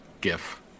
gif